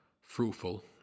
fruitful